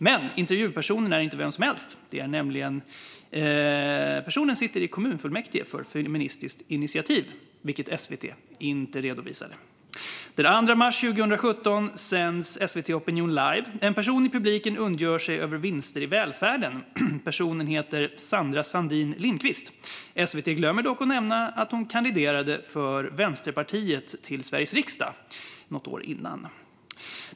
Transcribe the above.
Men intervjupersonen är inte vem som helst utan sitter i kommunfullmäktige för Feministiskt initiativ, vilket SVT inte redovisade. Den 2 mars 2017 sändes SVT:s Opinion live . En person i publiken ondgjorde sig över vinster i välfärden. Personen heter Sandra Sandin Lindqvist. SVT glömde dock nämna att hon kandiderade för Vänsterpartiet till Sveriges riksdag något år tidigare.